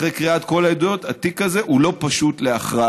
אחרי קריאת כל העדויות: התיק הזה הוא לא פשוט להכרעה.